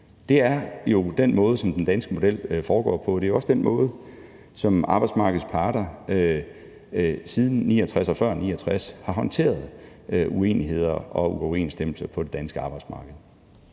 Det er jo den måde, den danske model foregår på. Det er også den måde, som arbejdsmarkedets parter siden 1969 og før 1969 har håndteret uenigheder og uoverensstemmelser på det danske arbejdsmarked